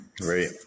Great